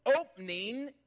opening